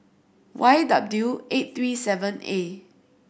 Y W eight three seven A